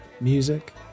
music